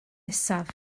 nesaf